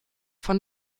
von